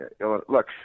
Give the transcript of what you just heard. look